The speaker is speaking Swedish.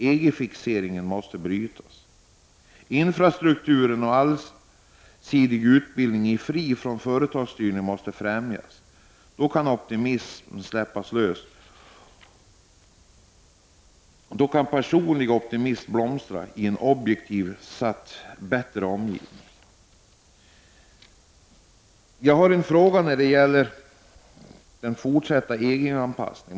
EG-fixeringen måste brytas. Infrastruktur och allsidig utbildning, fri från företagsstyrning, måste främjas. Då kan optimisterna släppas lösa, och då kan personlighet och optimism blomma i en objektivt sett bättre omgivning. Jag har en fråga som gäller den fortsatta EG-anpassningen.